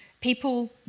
people